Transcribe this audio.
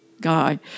guy